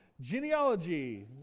genealogy